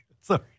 Sorry